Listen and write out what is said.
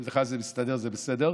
אם לך זה מסתדר, זה בסדר.